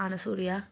Anasuya